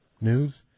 news